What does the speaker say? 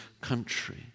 country